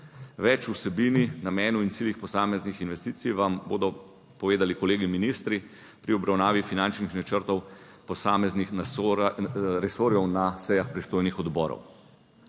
Več o vsebini, namenu in ciljih posameznih investicij vam bodo povedali kolegi ministri pri obravnavi finančnih načrtov posameznih resorjev na sejah pristojnih odborov.